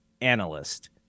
analyst